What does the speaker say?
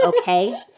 okay